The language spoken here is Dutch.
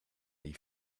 die